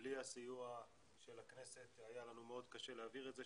בלי הסיוע של הכנסת היה לנו מאוד קשה להעביר את זה,